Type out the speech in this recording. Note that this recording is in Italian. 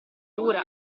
dura